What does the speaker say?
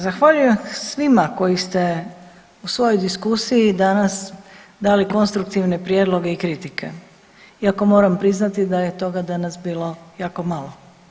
Zahvaljujem svima koji ste u svojoj diskusiji danas dali konstruktivne prijedloge i kritike, iako moram priznati da je toga danas bilo jako malo.